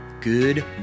Good